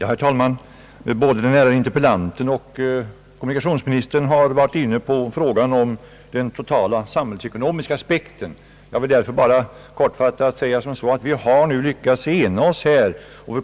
Herr talman! Både interpellanten och kommunikationsministern har varit inne på frågan om den totala samhällsekonomiska aspekten. Jag vill därför bara helt kort säga att vi senare i dag